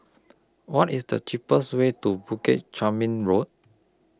What IS The cheapest Way to Bukit Chermin Road